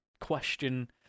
question